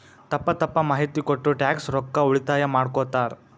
ತಪ್ಪ ತಪ್ಪ ಮಾಹಿತಿ ಕೊಟ್ಟು ಟ್ಯಾಕ್ಸ್ ರೊಕ್ಕಾ ಉಳಿತಾಯ ಮಾಡ್ಕೊತ್ತಾರ್